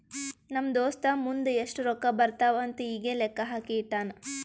ನಮ್ ದೋಸ್ತ ಮುಂದ್ ಎಷ್ಟ ರೊಕ್ಕಾ ಬರ್ತಾವ್ ಅಂತ್ ಈಗೆ ಲೆಕ್ಕಾ ಹಾಕಿ ಇಟ್ಟಾನ್